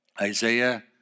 Isaiah